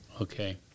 Okay